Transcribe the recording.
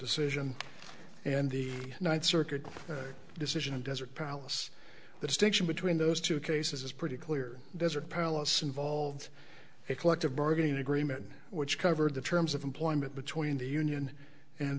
decision and the ninth circuit court decision in desert palace the distinction between those two cases is pretty clear desert palace involved a collective bargaining agreement which covered the terms of employment between the union and